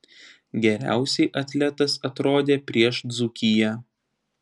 geriausiai atletas atrodė prieš dzūkiją